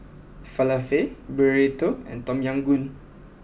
Falafel Burrito and Tom Yam Goong